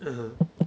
(uh huh)